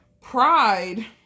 pride